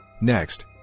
Next